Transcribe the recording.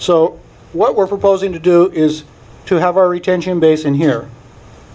so what we're proposing to do is to have our retention basin here